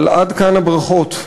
אבל עד כאן הברכות,